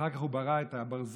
אחר כך הוא ברא את הברזל,